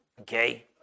Okay